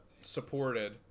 supported